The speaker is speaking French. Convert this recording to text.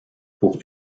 pour